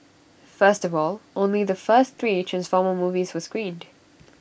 first of all only the first three transformer movies were screened